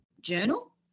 journal